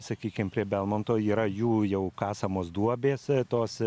sakykim prie belmonto yra jų jau kasamos duobės tos